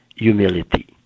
Humility